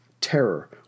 terror